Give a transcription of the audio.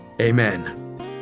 amen